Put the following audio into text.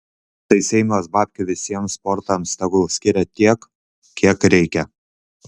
tai seimas babkių visiems sportams tegul skiria tiek kiek reikia